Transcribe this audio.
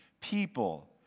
people